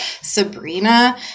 Sabrina